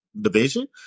division